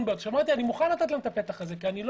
אני אומר: מוכן לתת לו את הפתח הזה כי לא